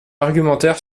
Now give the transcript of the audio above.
argumentaire